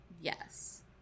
Yes